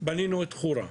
בנינו תחנה בחורה,